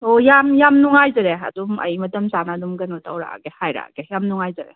ꯑꯣ ꯌꯥꯝ ꯌꯥꯝ ꯅꯨꯡꯉꯥꯏꯖꯔꯦ ꯑꯗꯨꯝ ꯑꯩ ꯃꯇꯝ ꯆꯥꯅ ꯑꯗꯨꯝ ꯀꯩꯅꯣ ꯇꯧꯔꯛꯑꯒꯦ ꯍꯥꯏꯔꯛꯑꯒꯦ ꯌꯥꯝ ꯅꯨꯡꯉꯥꯏꯖꯔꯦ